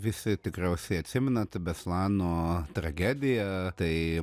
visi tikriausiai atsimenat beslano tragediją tai